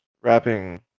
wrapping